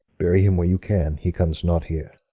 bury him where you can, he comes not here.